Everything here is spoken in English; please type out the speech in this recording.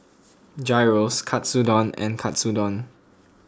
Gyros Katsudon and Katsudon